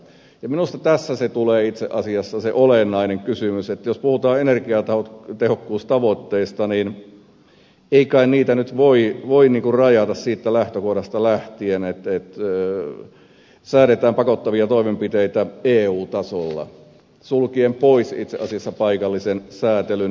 ja minusta tässä tulee itse asiassa se olennainen kysymys että jos puhutaan energiatehokkuustavoitteista niin ei kai niitä nyt voi rajata siitä lähtökohdasta lähtien että säädetään pakottavia toimenpiteitä eu tasolla sulkien pois itse asiassa paikallinen säätely